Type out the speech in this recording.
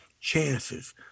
chances